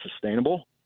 sustainable